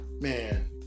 Man